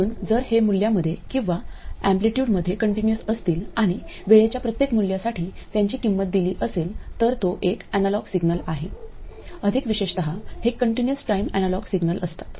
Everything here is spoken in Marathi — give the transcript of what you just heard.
म्हणून जर हे मूल्यामध्ये किंवा एम्पलीट्यूडमध्ये कंटीन्यूअसअसतील आणि वेळेच्या प्रत्येक मूल्यासाठी त्यांची किंमत दिली असेल तर तो एक एनालॉग सिग्नल आहे अधिक विशेषत हे कंटीन्यूअस टाईम अॅनालॉग सिग्नल असतात